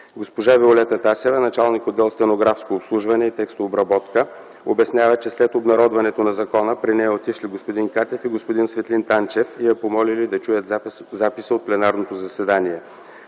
Госпожа Виолета Тасева – началник-отдел „Стенографско обслужване и текстообработка”, обяснява, че след обнародването на закона при нея отишли господин Катев и господин Светлин Танчев и я помолили да чуят записа от пленарното заседание.